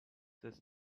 this